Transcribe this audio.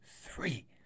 Three